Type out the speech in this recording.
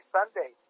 Sunday